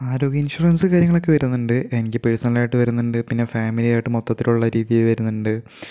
ആരോഗ്യ ഇൻഷുറൻസ് കാര്യങ്ങളൊക്കെ വരുന്നുണ്ട് എനിക്ക് പേഴ്സണലായിട്ട് വരുന്നുണ്ട് പിന്നെ ഫാമിലിയായിട്ട് മൊത്തത്തിലുള്ള രീതിയിൽ വരുന്നുണ്ട്